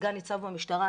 סגן ניצב במשטרה,